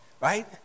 right